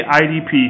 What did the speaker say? idp